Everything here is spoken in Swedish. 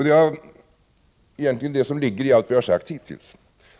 Det ligger egentligen i det som har sagts hittills.